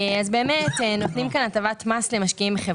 באמת נותנים פה הטבת מס למשקיעים בחברות הייטק.